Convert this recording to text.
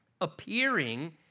appearing